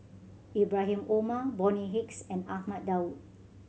Ibrahim Omar Bonny Hicks and Ahmad Daud